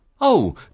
Oh